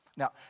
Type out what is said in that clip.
Now